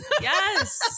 Yes